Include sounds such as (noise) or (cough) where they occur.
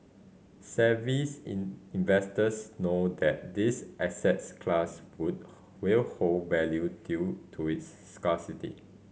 savvy (unintelligible) investors know that this assets class would will hold value due to its scarcity